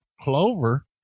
clover